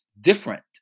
different